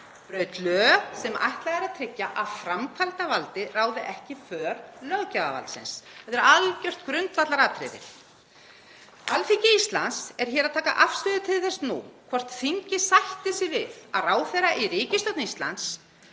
braut lög sem ætlað er að tryggja að framkvæmdarvaldið ráði ekki för löggjafarvaldsins. Þetta er algjört grundvallaratriði. Alþingi Íslendinga er hér að taka afstöðu til þess nú hvort þingið sætti sig við að ráðherra í ríkisstjórn Íslands,